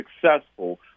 successful